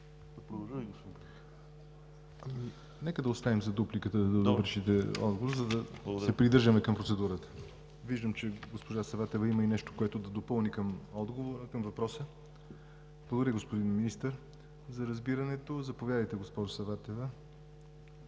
Нека да оставим за дупликата да довършите отговора, за да се придържаме към процедурата. Виждам, че госпожа Саватева има още нещо, което да допълни към въпроса. Благодаря, господин Министър, за разбирането. Заповядайте, госпожо Саватева,